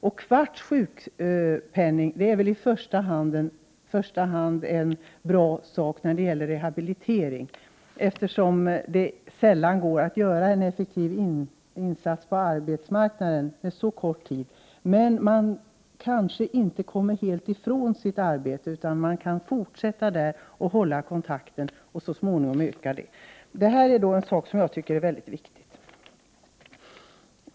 Tre kvarts sjukpenning är väl i första hand en bra sak när det gäller rehabilitering, eftersom det sällan går att göra en effektiv insats på arbetsmarknaden med så kort arbetstid som en fjärdedel. Men man kanske inte kommer helt bort från sitt arbete, utan man kan fortsätta att hålla kontakten och så småningom öka arbetstiden. Det här är en sak som jag tycker är väldigt viktig.